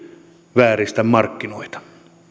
vääristä markkinoita